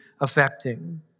affecting